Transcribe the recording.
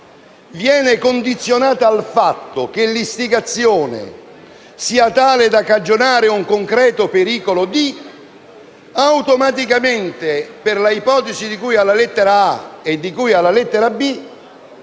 viene condizionata al fatto che l'istigazione sia tale da cagionare un concreto pericolo, automaticamente per le ipotesi di cui alle lettere *a)* e